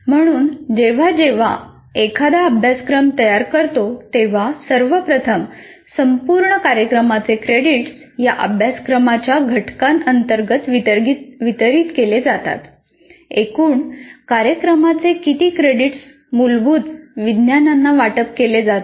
म्हणून जेव्हा एखादा अभ्यासक्रम तयार करतो तेव्हा सर्वप्रथम संपूर्ण कार्यक्रमाचे क्रेडिट्स या अभ्यासक्रमाच्या घटकांतर्गत वितरित केले जातात एकूण कार्यक्रमाचे किती क्रेडिट्स मूलभूत विज्ञानांना वाटप केले जातात